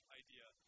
idea